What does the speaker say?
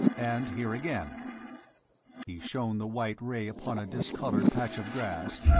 and here again he shone the white ray upon a discoloured patch of grass,